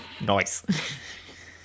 Nice